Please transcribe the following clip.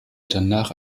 danach